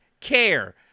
care